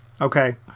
okay